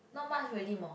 not much ready mah